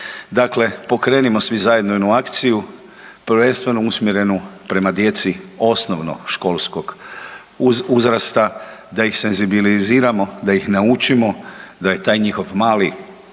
Dakle, pokrenimo svi zajedno jednu akciju prvenstveno usmjerenu prema djeci osnovnoškolskog uzrasta da ih senzibiliziramo, da ih naučimo da je taj njihov mali